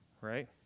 right